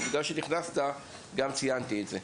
בגלל שנכנסת גם ציינתי את זה.